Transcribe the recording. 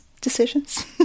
decisions